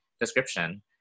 description